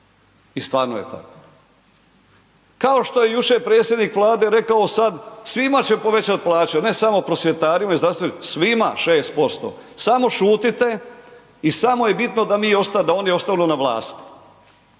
I stvarno je tako. Kao što je jučer predsjednik Vlade rekao sad svima će povećati plaće a ne samo prosvjetarima i zdravstvenim, svima 6%, samo šutite i samo je bitno da oni ostanu na vlasti.